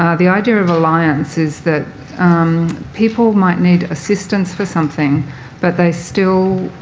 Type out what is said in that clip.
ah the idea of alliance is that people might need assistance for something but they still